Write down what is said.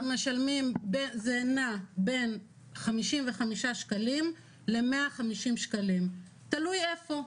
זה נע בין 55 שקלים ל-150 שקלים, תלוי איפה.